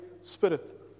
spirit